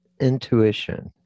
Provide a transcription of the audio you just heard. intuition